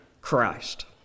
Christ